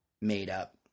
made-up